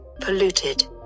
polluted